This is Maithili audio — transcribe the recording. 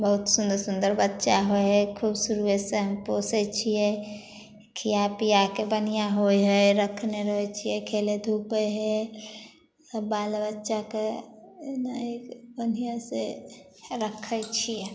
बहुत सुन्दर सुन्दर बच्चा हइ खूब शुरुए से हम पोसै छियै खीआ पीआके बढ़िऑं होइ हइ रखने रहै छियै खेलै धूपै है सब बाल बच्चाके बढ़िऑं से रखै छियै